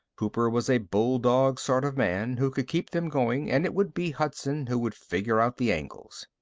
cooper was a bulldog sort of man who could keep them going and it would be hudson who would figure out the angles.